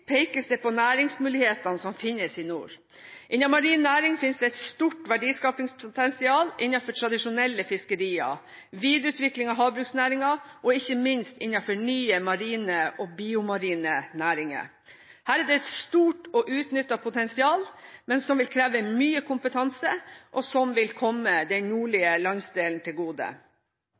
pekes det på næringsmulighetene som finnes i nord. Innen marin næring finnes det et stort verdiskapingspotensial innenfor tradisjonelle fiskerier, videreutvikling av havbruksnæringen og ikke minst innenfor nye marine- og biomarine næringer. Her er det et stort og uutnyttet potensial som vil kreve mye kompetanse, og som vil komme den nordlige landsdelen til gode.